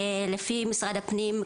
לפי משרד הפנים,